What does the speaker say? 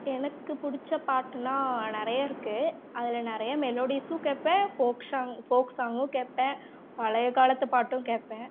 எனக்கு புடிச்ச பாட்டுன்னா நிறைய இருக்கு அதில் நிறைய மெலோடிஸும் கேட்பேன் ஃபோக் ஷாங் ஃபோக் சாங்கும் கேட்பேன் பழைய காலத்து பாட்டும் கேட்பேன்